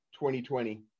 2020